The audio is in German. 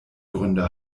gründe